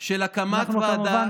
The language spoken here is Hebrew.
של הקמת ועדה,